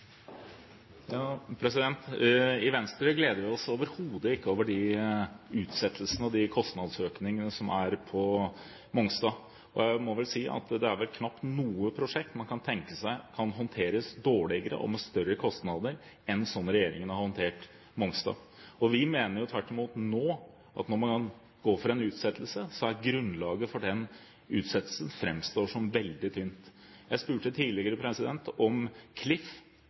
I Venstre gleder vi oss overhodet ikke over de utsettelsene og de kostnadsøkningene som er på Mongstad. Jeg må vel si at det er knapt noe prosjekt man kan tenke seg kan håndteres dårligere og med større kostnader enn sånn regjeringen har håndtert Mongstad. Vi mener tvert imot at når man nå går for en utsettelse, så framstår grunnlaget for den utsettelsen som veldig tynt. Jeg spurte tidligere om Klif